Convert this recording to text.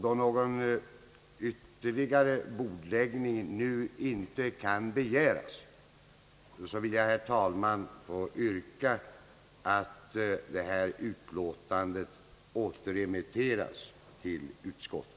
Då någon ytterligare bordläggning nu inte kan begäras vill jag, herr talman, yrka att utlåtandet återremitteras till utskottet.